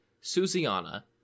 Susiana